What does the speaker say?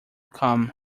come